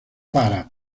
para